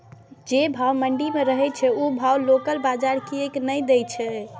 जे भाव मंडी में रहे छै ओ भाव लोकल बजार कीयेक ने दै छै?